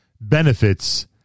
benefits